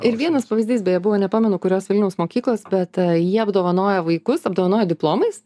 ir vienas pavyzdys beje buvo nepamenu kurios vilniaus mokyklos bet ji apdovanoja vaikus apdovanoja diplomais